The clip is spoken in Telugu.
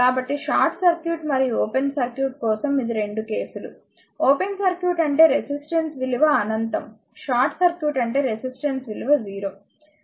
కాబట్టి షార్ట్ సర్క్యూట్ మరియు ఓపెన్ సర్క్యూట్ కోసం ఇది 2 కేసులు ఓపెన్ సర్క్యూట్ అంటే రెసిస్టెన్స్ విలువ అనంతం షార్ట్ సర్క్యూట్ అంటే రెసిస్టెన్స్ విలువ 0